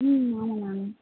ம் ஆமாம் மேம்